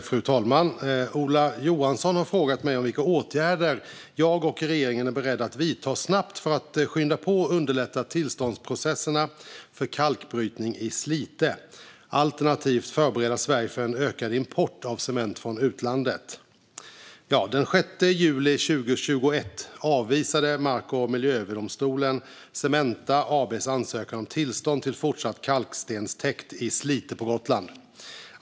Fru talman! Ola Johansson har frågat mig vilka åtgärder jag och regeringen är beredda att vidta snabbt för att skynda på och underlätta tillståndsprocesserna för kalkbrytningen i Slite alternativt förbereda Sverige för en ökad import av cement från utlandet. Den 6 juli 2021 avvisade Mark och miljööverdomstolen Cementa AB:s ansökan om tillstånd till fortsatt kalkstenstäkt i Slite på Gotland.